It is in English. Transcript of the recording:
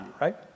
right